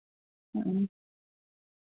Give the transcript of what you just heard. ᱦᱮᱸ